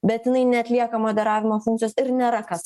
bet jinai neatlieka moderavimo funkcijos ir nėra kas